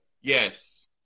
Yes